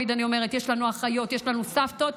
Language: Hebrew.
יש לנו אחיות ויש לנו סבתות,